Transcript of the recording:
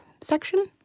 section